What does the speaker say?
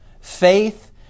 Faith